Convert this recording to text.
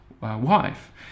wife